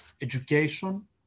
education